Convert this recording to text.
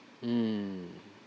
mm